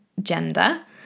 gender